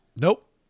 Nope